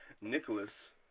Nicholas